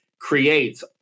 creates